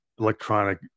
electronic